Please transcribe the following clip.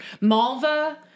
Malva